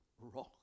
wrong